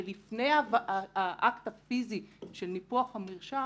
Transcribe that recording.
שלפני האקט הפיזי של ניפוח המרשם